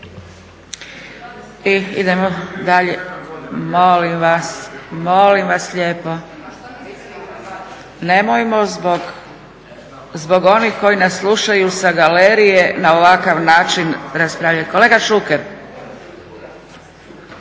razumije se./… Molim vas, molim vas lijepo. Nemojmo zbog onih koji nas slušaju sa galerije na ovakav način raspravljati. Kolega Šuker!